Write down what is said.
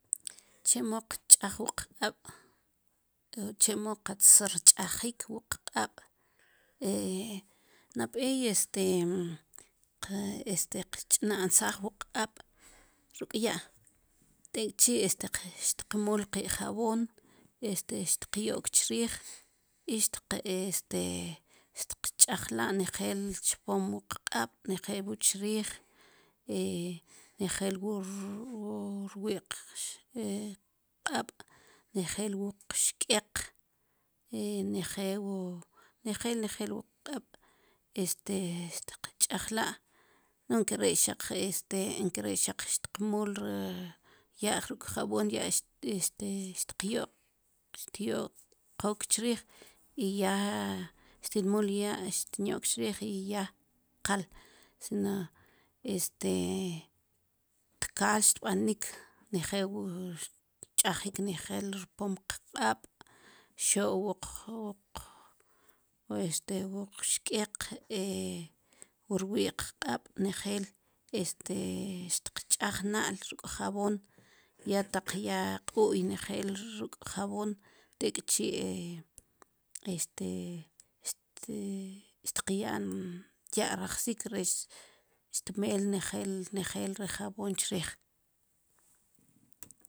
Chemo qch'aj wu qq'ab' chemo qatz rch'ajik wu qq'ab' nab'ey este este qch'nansaaj wu qq'ab' ruk' ya' tek'chi xtqmul ki' jaboon este xtqyo'k chriij i este xtqch'ajla' nejeel chpom wu qq'ab' nejeel wu chriij nejel wu rwi' qq'ab' nejel wu qxk'eq nejel wu nejel nejel wu qq'ab' este xtqch'ajla' nu nkare' xaq este nkare' xaq xteqmuul ri ya' ruk' jabon ya este xtyoqook chriij i ya xtinmuul ya' xtinyok chriij y ya qal sino este tkaal xtb'anik nejel wu xtch'ajik nel wu rpom qq'ab' xew wu este qxk'ek e wu rwi' qq'ab' nelel este xtqch'aj na'l ruk' jabon ya taq ya q'uy nejel ruk' jabon tekchi' xtqya'n ya' rajsik rech xtmeel nejel nejel ri jabon chriij